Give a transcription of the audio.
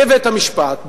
בבית-המשפט,